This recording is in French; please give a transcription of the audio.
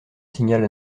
signal